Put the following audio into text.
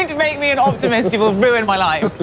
and make me an optimist. you will ruin my life